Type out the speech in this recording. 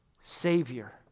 Savior